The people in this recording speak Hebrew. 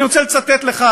ואני רוצה לצטט לך,